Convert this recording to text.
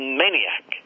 maniac